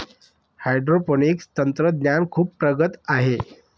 hydroponics तंत्रज्ञान खूप प्रगत आहे